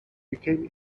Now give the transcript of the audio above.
became